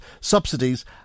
subsidies